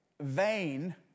vain